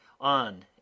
on